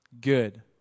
good